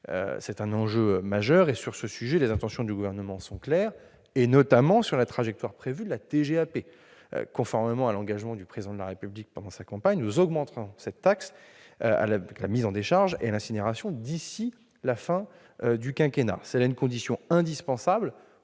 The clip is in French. C'est un enjeu majeur. Sur ce sujet, les intentions du Gouvernement sont claires, notamment sur la trajectoire prévue de la TGAP. Conformément à l'engagement du Président de la République pendant sa campagne, nous augmenterons cette taxe collectée sur la mise en décharge et l'incinération d'ici à la fin du quinquennat. C'est là une condition indispensable